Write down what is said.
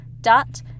dot